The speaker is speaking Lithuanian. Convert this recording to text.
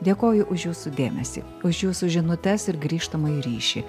dėkoju už jūsų dėmesį už jūsų žinutes ir grįžtamąjį ryšį